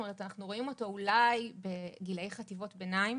זאת אומרת אנחנו רואים אותו אולי בגילאי חטיבות ביניים,